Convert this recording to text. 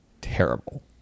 terrible